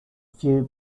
few